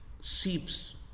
seeps